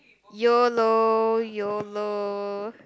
yolo yolo